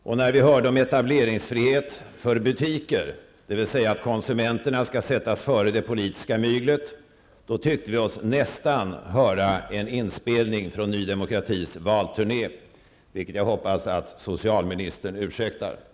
Och när vi hörde om etableringsfrihet för butiker, dvs. att konsumenterna skall sättas före det politiska myglet, då tyckte vi oss -- nästan -- höra en inspelning från ny demokratis valturné, vilket jag hoppas att socialministern ursäktar oss för.